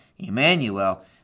Emmanuel